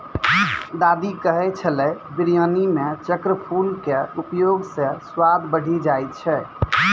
दादी कहै छेलै बिरयानी मॅ चक्रफूल के उपयोग स स्वाद बढ़ी जाय छै